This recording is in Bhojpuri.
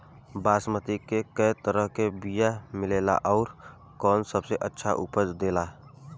बासमती के कै तरह के बीया मिलेला आउर कौन सबसे अच्छा उपज देवेला?